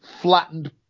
flattened